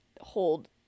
hold